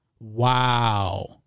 Wow